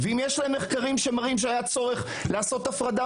ואם יש להם מחקרים שהיה צורך לעשות הפרדה